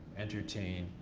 entertain,